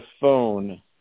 phone